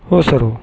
हो सर हो